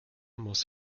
muss